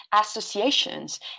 associations